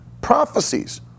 Prophecies